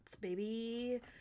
baby